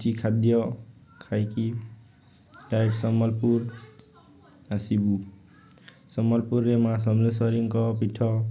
କିଛି ଖାଦ୍ୟ ଖାଇକି ଡାଇରେକ୍ଟ ସମ୍ବଲପୁର ଆସିବୁ ସମ୍ବଲପୁରରେ ମା' ସମଲେଶ୍ୱରୀଙ୍କ ପୀଠ